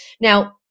Now